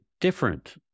different